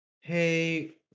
Hey